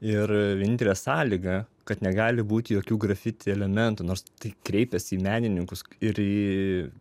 ir vienintelė sąlyga kad negali būti jokių grafiti elementų nors tai kreipiasi į menininkus ir į